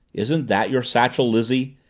isn't that your satchel, lizzie?